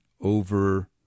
over